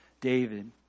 David